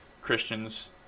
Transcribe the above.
Christians